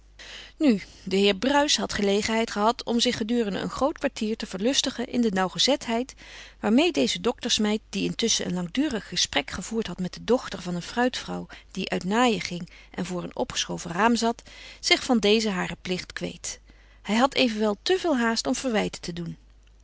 nu de heer bruis had gelegenheid gehad om zich gedurende een groot kwartier te verlustigen in de nauwgezetheid waarmee deze doktersmeid die intusschen een langdurig gesprek gevoerd had met de dochter van een fruitvrouw die uit naaien ging en voor een opgeschoven raam zat zich van dezen haren plicht kweet hij had evenwel te veel haast om verwijten te doen